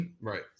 right